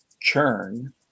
churn